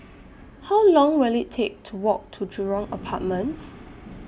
How Long Will IT Take to Walk to Jurong Apartments